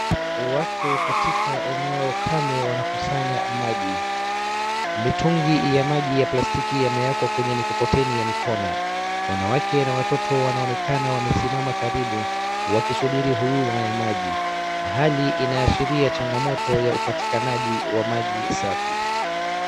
Watu katika eneo kame wanakusanya maji, mitungi ya maji ya plastiki yameekwa kwenye mikokoteni ya mikono. Wanawake na watoto wanaonekana wamesimama karibu wakisubiri huduma ya maji. Hali inaashiria changamoto ya upatikanaji wa maji safi.